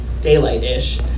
daylight-ish